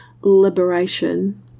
liberation